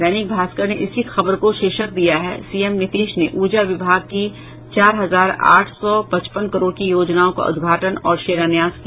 दैनिक भास्कर ने इसी खबर को शीर्षक दिया है सीएम नीतीश ने ऊर्जा विभाग की चार हजार आठ र्सा पचपन करोड़ की योजनाओं का उद्घाटन और शिलान्यास किया